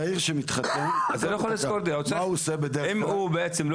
אז צעיר שהוא מתחתן, מה הוא עושה בדרך כלל?